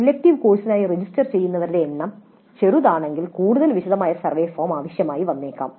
elective കോഴ്സിനായി register ചെയ്യുന്നവരുടെ എണ്ണം ചെറുതാണെങ്കിൽ കൂടുതൽ വിശദമായ സർവേ ഫോം ആവശ്യമായി വന്നേക്കാം